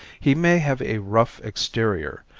he may have a rough exterior,